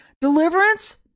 Deliverance